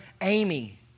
Amy